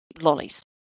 lollies